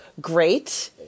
great